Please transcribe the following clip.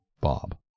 Bob